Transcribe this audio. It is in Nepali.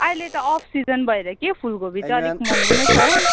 अहिले त अफ् सिजन भएर कि फुलकोपी त अलिक महँगो नै छ